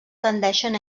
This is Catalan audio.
tendeixen